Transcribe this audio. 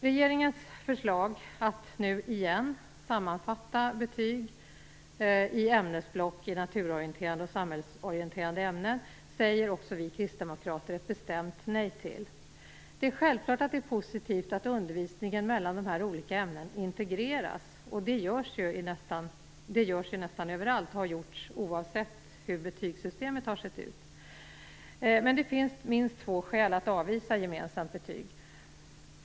Regeringens förslag om att nu igen sammanfatta betygen i naturorienterande och samhällsorienterande ämnen i ämnesblock säger också vi kristdemokrater ett bestämt nej till. Det är självklart att det är positivt att undervisningen i de olika ämnena integreras. Det görs ju nästan överallt, och det har gjorts oavsett hur betygssystemet har sett ut, men det finns minst två skäl att avvisa gemensamt betyg.